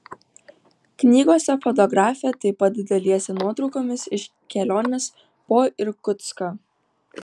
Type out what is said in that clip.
knygose fotografė taip pat dalijasi nuotraukomis iš kelionės po irkutską